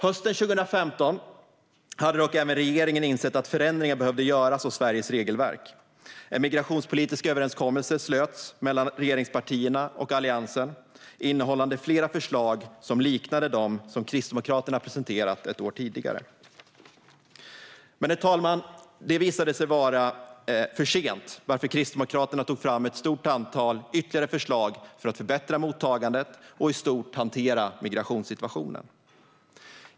Hösten 2015 hade dock även regeringen insett att förändringar behövde göras av Sveriges regelverk. En migrationspolitisk överenskommelse slöts mellan regeringspartierna och Alliansen innehållande flera förslag som liknade dem som Kristdemokraterna presenterat ett år tidigare. Men, herr talman, det visade sig vara för sent, varför Kristdemokraterna tog fram ett stort antal ytterligare förslag för att förbättra mottagandet och i stort hantera migrationssituationen.